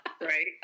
right